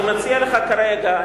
אני מציע לך כרגע,